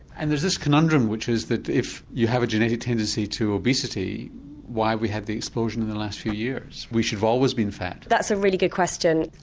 and it's this conundrum which is that if you have a genetic tendency to obesity why we have the explosion in the last few years? we should have always been fat. that's a really good question.